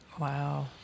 wow